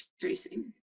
tracing